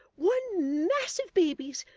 one mass of babies,